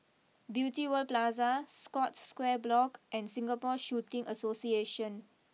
Beauty World Plaza Scotts Square Block and Singapore Shooting Association